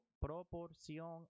proporción